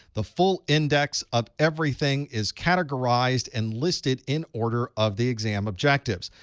the full index of everything is categorized and listed in order of the exam objectives.